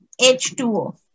H2O